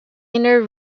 inner